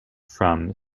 from